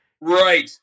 Right